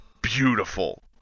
beautiful